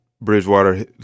Bridgewater